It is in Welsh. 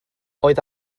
oedd